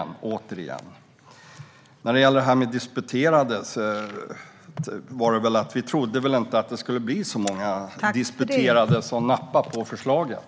När det gäller de disputerade trodde vi väl inte att särskilt många skulle nappa på förslaget.